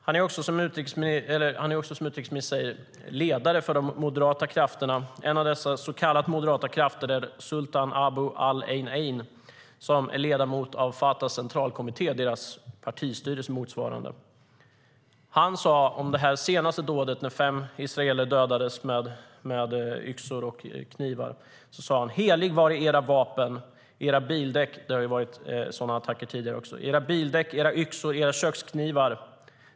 Han är också, som utrikesministern säger, ledare för de moderata krafterna. En av dessa så kallat moderata krafter är Sultan Abu al-Einen, ledamot av Fatahs centralkommitté, deras motsvarande partistyrelse. Han sade om det senaste dådet där fem israeler dödades med yxor och knivar: Heliga vare era vapen, era bildäck - det har varit sådana attacker tidigare också - era yxor, era köksknivar.